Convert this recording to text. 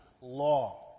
law